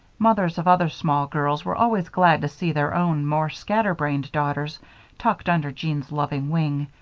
mothers of other small girls were always glad to see their own more scatterbrained daughters tucked under jean's loving wing,